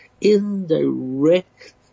indirect